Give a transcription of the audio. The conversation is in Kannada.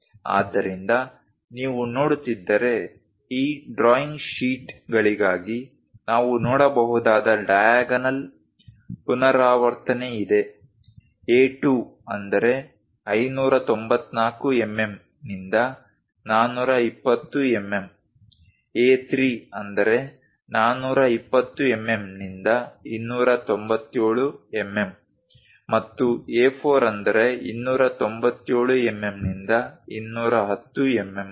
ಆದ್ದರಿಂದ ನೀವು ನೋಡುತ್ತಿದ್ದರೆ ಈ ಡ್ರಾಯಿಂಗ್ ಶೀಟ್ಗಳಿಗಾಗಿ ನಾವು ನೋಡಬಹುದಾದ ಡಯಾಗ್ನಲ್ ಪುನರಾವರ್ತನೆ ಇದೆ A2 ಅಂದರೆ 594 ಎಂಎಂ ನಿಂದ 420 ಎಂಎಂ A3 ಅಂದರೆ 420 ಎಂಎಂ ನಿಂದ 297 ಎಂಎಂ ಮತ್ತು A 4 ಅಂದರೆ 297 ಎಂಎಂ ನಿಂದ 210 ಎಂಎಂ